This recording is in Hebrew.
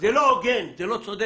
זה לא הוגן, זה לא צודק.